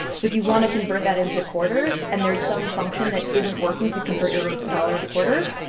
so if you want to convert that into quarters and there's some function that isn't working to convert your dollar into quarters,